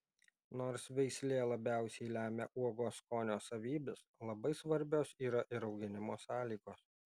nors veislė labiausiai lemia uogos skonio savybes labai svarbios yra ir auginimo sąlygos